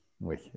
Oui